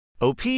OP